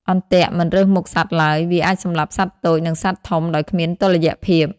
អន្ទាក់មិនរើសមុខសត្វឡើយ វាអាចសម្លាប់សត្វតូច និងសត្វធំដោយគ្មានតុល្យភាព។